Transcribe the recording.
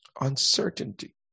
uncertainty